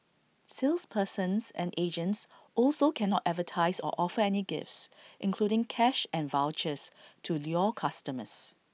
salespersons and agents also cannot advertise or offer any gifts including cash and vouchers to lure customers